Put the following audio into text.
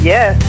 Yes